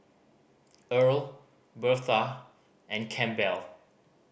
Earl Birtha and Campbell